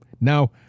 Now